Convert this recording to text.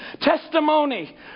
testimony